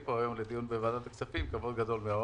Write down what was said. פה היום בוועדת הכספים כבוד גדול מאוד.